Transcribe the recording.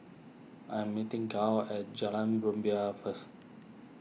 I am meeting Gail at Jalan Rumbia first